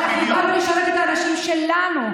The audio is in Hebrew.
אנחנו באנו לשרת את האנשים שלנו,